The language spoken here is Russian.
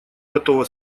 готова